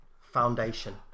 foundation